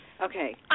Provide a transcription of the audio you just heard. Okay